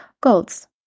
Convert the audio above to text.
goals